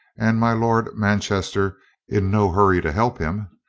and my lord manchester in no hurry to help him,